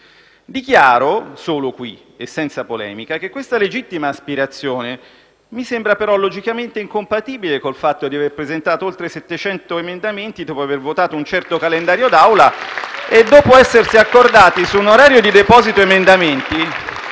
Dichiaro solo qui e senza polemica che questa legittima aspirazione mi sembra però logicamente incompatibile con il fatto di aver presentato oltre 700 emendamenti dopo aver votato un certo calendario d'Aula e dopo essersi accordati su un orario di deposito emendamenti